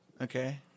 Okay